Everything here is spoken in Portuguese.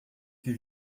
que